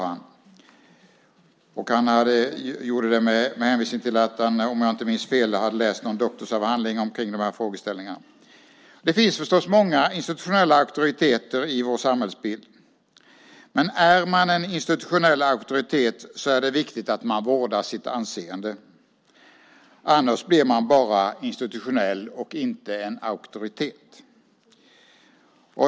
Han gjorde det med hänvisning till att han, om jag inte minns fel, hade läst en doktorsavhandling om de frågeställningarna. Det finns förstås många institutionella auktoriteter i vårt samhällsliv. Men är man en institutionell auktoritet är det viktigt att man vårdar sitt anseende. Annars är man bara institutionell och inte en auktoritet.